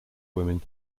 women